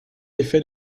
effet